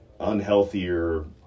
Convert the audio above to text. unhealthier